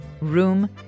Room